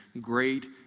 Great